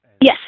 Yes